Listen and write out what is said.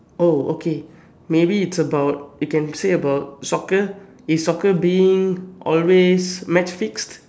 oh okay maybe it's about you can say about soccer is soccer always being match fixed